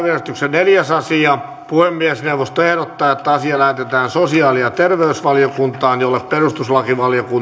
neljäs asia puhemiesneuvosto ehdottaa että asia lähetetään sosiaali ja terveysvaliokuntaan jolle perustuslakivaliokunnan